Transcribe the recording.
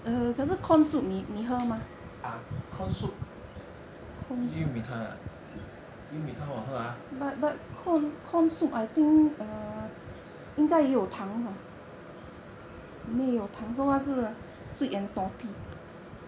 ah corn soup 玉米汤 ah 玉米汤我喝 ah